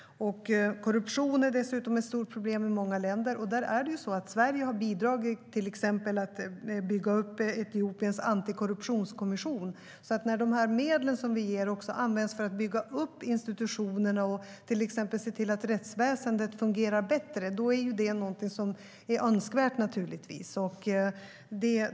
Korruption är dessutom ett stort problem i många länder. Sverige har till exempel bidragit till att bygga upp Etiopiens antikorruptionskommission, så när de medel som vi ger också används för att bygga upp institutionerna och till exempel se till att rättsväsendet fungerar bättre är det naturligtvis något som är önskvärt.